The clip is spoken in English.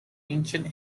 ancient